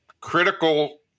critical